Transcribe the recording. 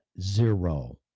zero